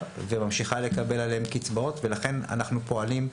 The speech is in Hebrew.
וממשיכה לקבל בגינם קצבאות ולכן אנחנו פועלים.